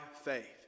faith